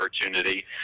opportunity